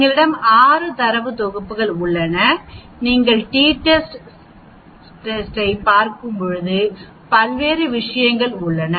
எங்களிடம் 6 தரவுத் தொகுப்புகள் உள்ளன நீங்கள் டி டெஸ்ட் ஐப் பார்க்கும்போது பல்வேறு விஷயங்கள் உள்ளன